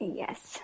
yes